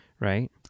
Right